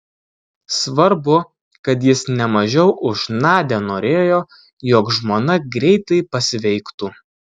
svarbu kad jis ne mažiau už nadią norėjo jog žmona greitai pasveiktų